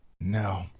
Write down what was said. No